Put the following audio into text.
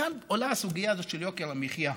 כאן עולה הסוגיה הזאת של יוקר המחיה.